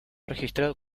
registrado